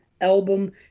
album